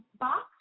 box